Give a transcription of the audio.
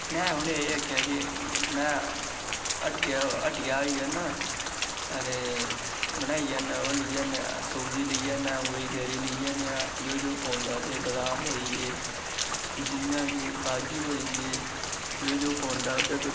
में उनेंगी एह् आक्खेआ की में हट्टिया दा होई औना ते बनाइयै ओह् लेई आं सौगी लेई आना ते गरी लेई औने आं जो जो पौंदा बादाम होई गे जियां की काजू होई गेजो जो पौंदा ओह्दे बिच